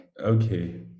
okay